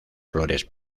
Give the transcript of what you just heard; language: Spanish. flores